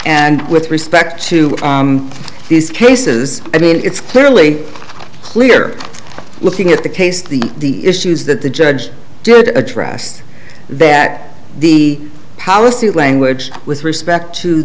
and with respect to these cases i mean it's clearly clear looking at the case the issues that the judge did address that the policy language with respect to